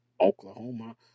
Oklahoma